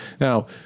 Now